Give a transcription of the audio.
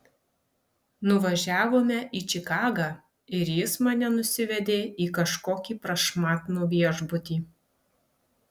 nuvažiavome į čikagą ir jis mane nusivedė į kažkokį prašmatnų viešbutį